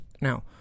Now